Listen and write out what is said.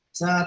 sa